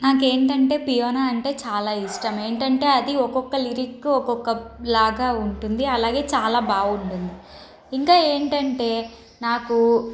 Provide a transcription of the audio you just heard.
నాకు ఏంటంటే పియానో అంటే చాలా ఇష్టం ఏంటంటే అది ఒక్కొక్క లిరిక్ ఒక్కొక్క లాగా ఉంటుంది అలాగే చాలా బాగుంటుంది ఇంకా ఏంటంటే నాకు